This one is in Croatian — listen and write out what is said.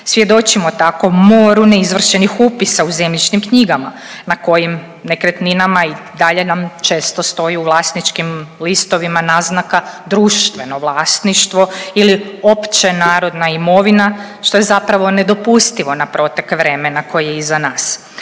Svjedočimo tako moru neizvršenih upisa u zemljišnim knjigama na kojim nekretninama i dalje nam često stoji u vlasničkim listovima naznaka „društveno vlasništvo“ ili „općenarodna imovina“, što je zapravo nedopustivo na protek vremena koji je iza nas.